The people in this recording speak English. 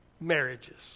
marriages